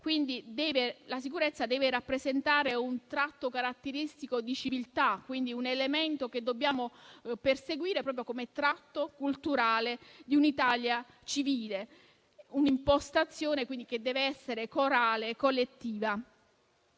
sicurezza, che deve rappresentare un tratto caratteristico di civiltà, quindi un elemento che dobbiamo perseguire proprio come tratto culturale di un'Italia civile, in un'impostazione che deve essere corale e collettiva.